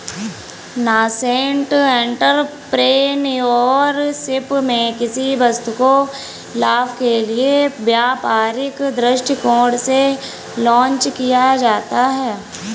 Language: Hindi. नासेंट एंटरप्रेन्योरशिप में किसी वस्तु को लाभ के लिए व्यापारिक दृष्टिकोण से लॉन्च किया जाता है